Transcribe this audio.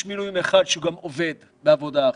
מילואים אחד שעובד גם בעבודה אחרת.